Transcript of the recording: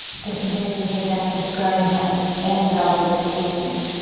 this is where you hit that subscribe button and the bell for notifications.